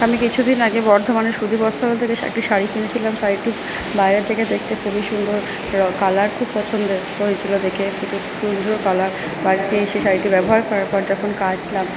আমি কিছু দিন আগে বর্ধমানের বস্ত্রালয় থেকে একটি শাড়ি কিনেছিলাম শাড়িটি বাইরে থেকে দেখতে খুবই সুন্দর কালার খুব পছন্দের দেখে বিভিন্ন কালার বাড়িতে এসে শাড়িটি ব্যবহার করার পর যখন কাচলাম